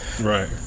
Right